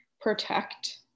protect